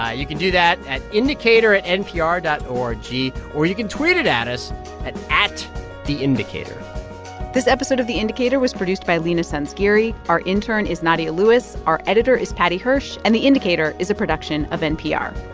ah you can do that at indicator at npr dot o r g, or you can tweet it at us at at theindicator this episode of the indicator was produced by leena sanzgiri. our intern is nadia lewis. our editor is paddy hirsch. and the indicator is a production of npr